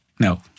No